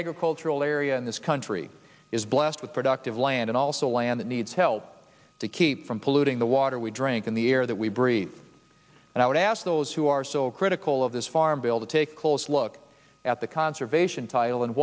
agricultural area in this country is blessed with productive land and also land that needs help to keep from polluting the water we drink in the air that we breathe and i would ask those who are so critical of this farm bill to take a close look at the conservation title and